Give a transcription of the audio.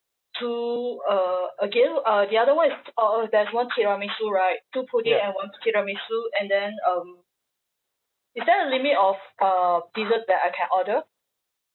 two uh again uh the other one is uh uh there's one tiramisu right two pudding and one tiramisu and then um is there a limit of uh dessert that I can order